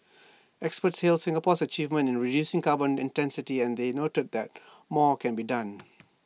experts hailed Singapore's achievement in reducing carbon intensity and they noted that more can be done